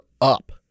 up